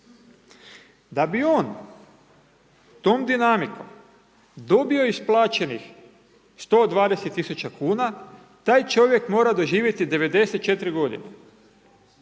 Da bi on tom dinamikom dobio isplaćenih 120 000 kuna, taj čovjek mora doživjeti 94 godine.